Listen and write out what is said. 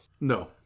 No